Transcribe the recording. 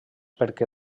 perquè